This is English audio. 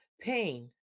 pain